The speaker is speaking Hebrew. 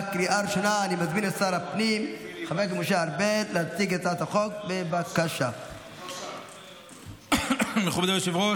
אני קובע כי הצעת חוק הכללת אמצעי זיהוי ביומטריים ונתוני